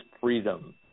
freedom